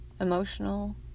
emotional